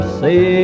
say